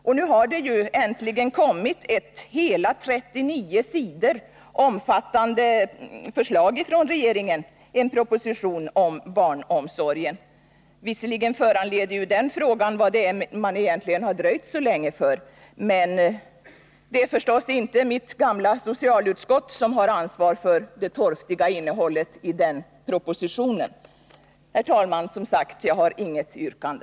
Och nu har det ju äntligen kommit en proposition om barnomsorgen, omfattande ”hela” 39 sidor. Visserligen föranleder den propositionen frågan varför man har dröjt så länge, men det är förstås inte mitt gamla socialutskott som har ansvar för det torftiga innehållet i den propositionen. Herr talman! Jag har som sagt inget yrkande.